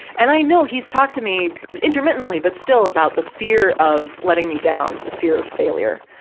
and i know he's talked to me intermittently, but still about the fear of letting me down, the fear of failure.